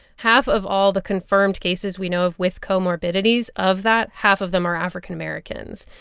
half of all the confirmed cases we know of with comorbidities of that, half of them are african americans.